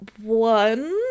One